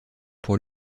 pour